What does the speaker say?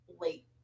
late